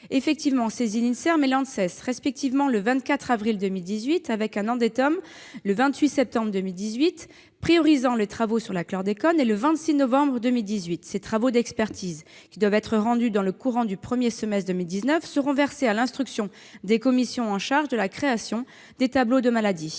effectivement saisi l'INSERM et l'ANSES, respectivement le 24 avril 2018, avec un le 28 septembre 2018 priorisant les travaux sur la chlordécone, et le 26 novembre 2018. Ces travaux d'expertise, qui doivent être rendus dans le courant du premier semestre 2019, seront versés à l'instruction des commissions chargées de la création des tableaux de maladies.